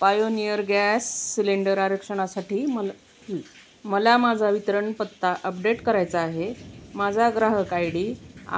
Pioneer gas cylinder आरक्षणासाठी मला मला माझा वितरण पत्ता अपडेट करायचा आहे माझा ग्राहक आय डी